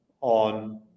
on